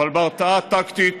ההרתעה הטקטית,